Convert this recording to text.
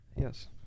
yes